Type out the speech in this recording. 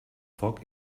foc